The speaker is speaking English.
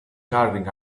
carving